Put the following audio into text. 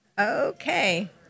Okay